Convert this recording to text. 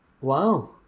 Wow